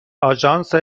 آژانس